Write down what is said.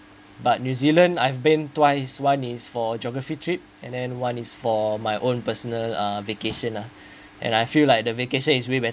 but new zealand I've been twice one is for geography trip and then one is for my own personal uh vacation uh and I feel like the vacation is very